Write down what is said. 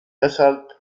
deshalb